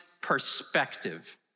perspective